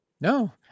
No